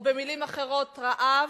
או במלים אחרות, רעב,